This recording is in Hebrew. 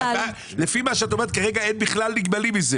לפי מה שאת אומרת כרגע אין בכלל נגמלים.